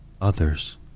others